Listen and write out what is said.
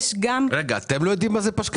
יש גם --- רגע, אתם לא יודעים מה זה פשקווילים?